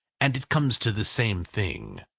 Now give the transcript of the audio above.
and it comes to the same thing.